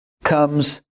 comes